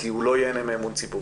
כי הוא לא ייהנה מאמון ציבורי.